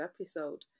episode